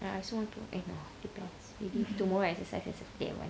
I also want to eh no depends maybe tomorrow I exercise myself okay never mind